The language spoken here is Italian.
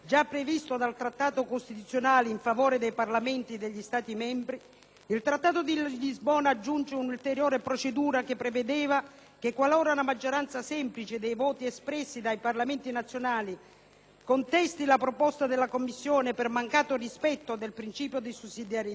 il Trattato di Lisbona aggiunge un'ulteriore procedura che prevede che qualora una maggioranza semplice dei voti espressi dai Parlamenti nazionali contesti la proposta della Commissione per mancato rispetto del principio di sussidiarietà, tale proposta possa essere mantenuta, modificata o ritirata.